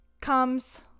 comes